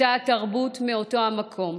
אותה התרבות, מאותו המקום.